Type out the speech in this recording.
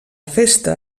festa